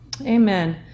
amen